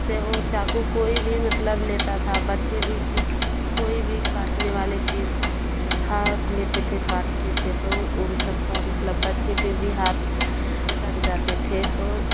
से ओ चाकू कोई भी मतलब लेता था बच्चे भी कि कोई भी काटने वाली चीज उठा लेते थे काटते थे तो उन सब का मतलब बच्चे के भी हाथ कट जाते थे तो